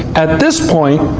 at this point,